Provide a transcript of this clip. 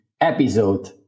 Episode